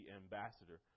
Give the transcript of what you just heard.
ambassador